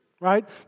right